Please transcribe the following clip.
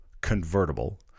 convertible